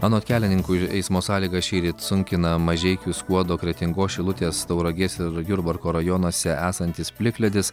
anot kelininkų eismo sąlygas šįryt sunkina mažeikių skuodo kretingos šilutės tauragės ir jurbarko rajonuose esantis plikledis